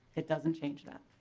it dozen change that.